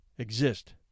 Exist